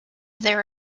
there